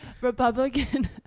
Republican